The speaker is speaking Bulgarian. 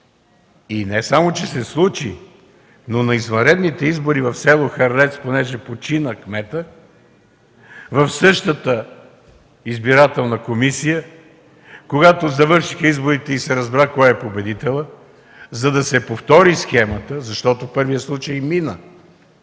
Не само че се случи, но на извънредните избори в с. Хърлец, понеже кметът почина, в същата избирателна комисия, когато изборите завършиха и се разбра кой е победител, за да се повтори схемата, защото в първия случай мина,